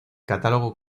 catálogo